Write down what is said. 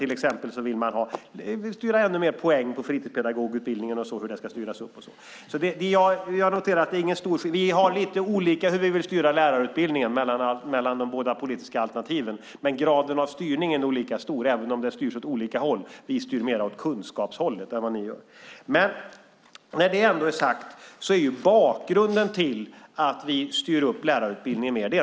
Till exempel vill man ha ännu mer poäng på fritidspedagogutbildningen och har åsikter om hur detta ska styras upp. Jag noterar att det inte är någon stor skillnad. Vi har lite olika syn mellan de båda politiska alternativen på hur vi vill styra lärarutbildningen, men graden av styrning är nog lika stor även om det styrs åt olika håll. Vi styr mer åt kunskapshållet än vad ni gör. Det finns två skäl till att vi styr upp lärarutbildningen mer.